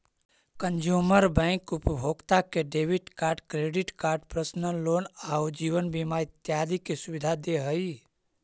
consumer bank उपभोक्ता के debit card, credit card, personal loan आउ जीवन बीमा इत्यादि के सुविधा दे हइ